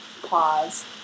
Pause